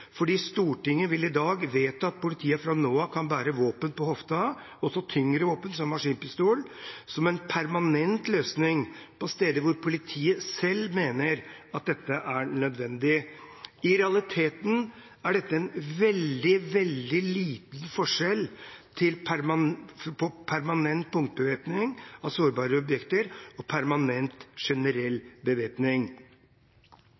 Stortinget vil i dag vedta at politiet fra nå av kan bære våpen på hofta, også tyngre våpen, som maskinpistol, som en permanent løsning, på steder hvor politiet selv mener at dette er nødvendig. I realiteten er det en veldig liten forskjell på permanent punktbevæpning av sårbare objekter og permanent generell